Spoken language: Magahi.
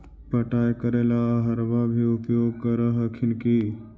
पटाय करे ला अहर्बा के भी उपयोग कर हखिन की?